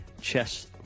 Chess